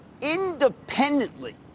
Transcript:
independently